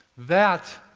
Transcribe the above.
that,